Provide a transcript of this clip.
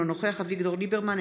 אינו נוכח אביגדור ליברמן,